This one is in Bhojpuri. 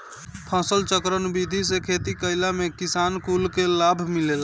फसलचक्र विधि से खेती कईला में किसान कुल के लाभ मिलेला